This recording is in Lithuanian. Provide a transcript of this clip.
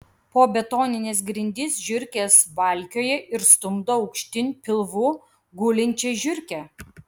po betonines grindis žiurkės valkioja ir stumdo aukštyn pilvu gulinčią žiurkę